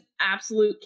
absolute